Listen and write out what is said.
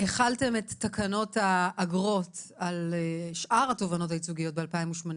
החלתם את תקנות האגרות על שאר התובענות הייצוגיות ב-2018,